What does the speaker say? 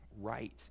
right